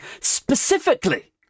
specifically